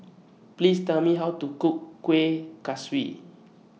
Please Tell Me How to Cook Kuih Kaswi